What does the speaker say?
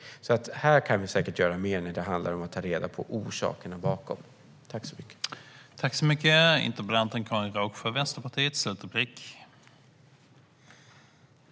Här kan vi säkert göra mer för att ta reda på orsakerna bakom det hela.